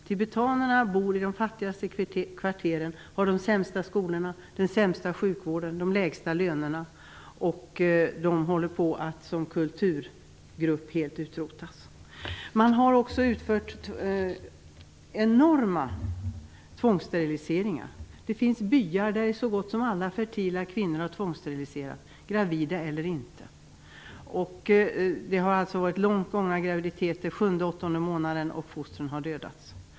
Tibetanerna bor i de fattigaste kvarteren och har de sämsta skolorna, den sämsta sjukvården och de lägsta lönerna. Som kulturgrupp håller tibetanerna på att helt utrotas. Enorma tvångssteriliseringar har också utförts. Det finns byar där så gott som alla fertila kvinnor har tvångssteriliserats, gravida eller inte. Det har varit långt gångna graviditeter - sjunde eller åttonde månaden - och fostren har dödats.